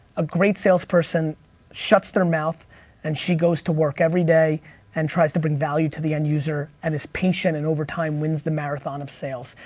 a great salesperson shuts their mouth and she goes to work every day and tries to bring value to the end-user and is patient and over time wins the marathon of sales.